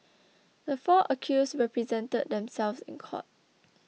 the four accused represented themselves in court